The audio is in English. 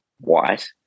white